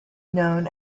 known